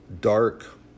dark